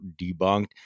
debunked